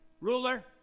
ruler